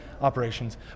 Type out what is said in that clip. operations